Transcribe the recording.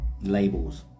labels